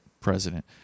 president